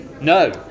No